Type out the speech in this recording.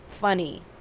funny